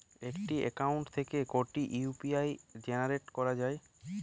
একটি অ্যাকাউন্ট থেকে কটি ইউ.পি.আই জেনারেট করা যায়?